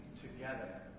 together